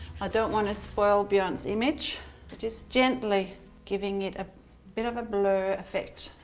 i don't want to spoil bjorn's image, i just gently giving it a bit of a blur effect.